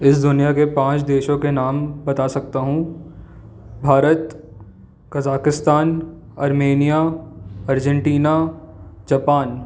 इस दुनिया के पाँच देशों के नाम बता सकता हूँ Bharat Kazakhstan Armenia Argentina Japan